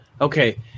Okay